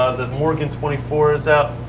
ah the morgan twenty four is out.